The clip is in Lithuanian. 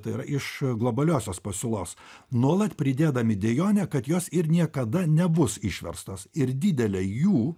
tai yra iš globaliosios pasiūlos nuolat pridėdami dejonę kad jos ir niekada nebus išverstos ir didelę jų